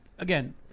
Again